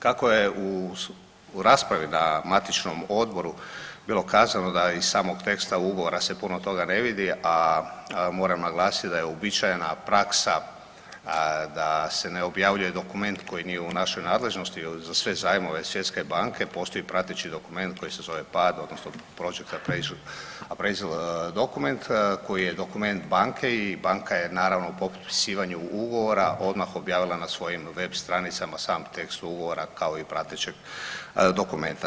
Kako je u raspravi na matičnom odboru bilo kazano da iz samog teksta ugovora se puno toga ne vidi, a moram naglasiti da je uobičajena praksa da se ne objavljuje dokument koji nije u našoj nadležnosti ili za sve zajmove Svjetske banke postoji prateći dokument koji se zove PAD odnosno …/Govornik govori engleski./… koji je dokument banke i banka je naravno … potpisivanju ugovora odmah objavila na svojim web stranicama sam tekst ugovora kao i pratećeg dokumenta.